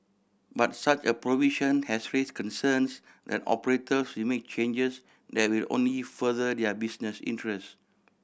but such a provision has raise concerns that operators will make changes that will only if further their business interest